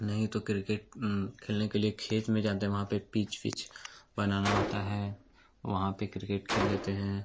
नहीं तो क्रिकेट खेलने के लिए खेत में जाते वहाँ पे पिच विच बनाना होता है वहाँ पर क्रिकेट खेल लेते हैं